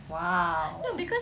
!wow!